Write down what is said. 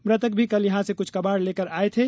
मृतक भी कल यहां से कुछ कबाड़ लेकर आए थे